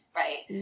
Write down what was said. right